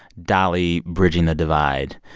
dolly bridging the divide.